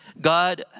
God